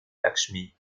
lakshmi